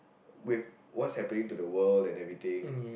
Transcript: with what's happening to the world and everything